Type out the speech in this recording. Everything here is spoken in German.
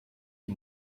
die